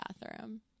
bathroom